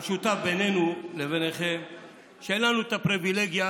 המשותף בינינו לביניכם הוא שאין לנו הפריבילגיה